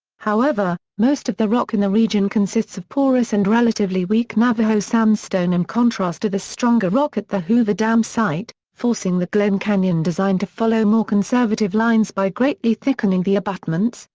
however, most of the rock in the region consists of porous and relatively weak navajo sandstone in contrast to the stronger rock at the hoover dam site, forcing the glen canyon design to follow more conservative lines by greatly thickening the abutments,